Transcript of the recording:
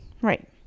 right